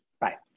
Bye